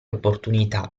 opportunità